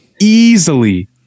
easily